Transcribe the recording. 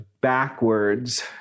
backwards